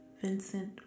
Vincent